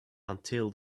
until